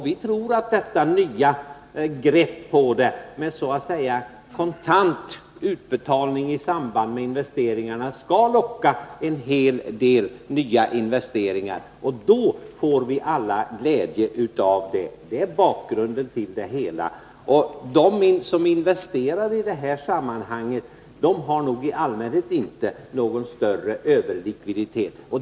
Vi tror att detta nya grepp med så att säga kontant utbetalning i samband med investeringarna skall locka till en hel del nya investeringar, och då får vi alla glädje av det. Det är bakgrunden till förslaget. De som investerar har nog i allmänhet inte någon överlikviditet.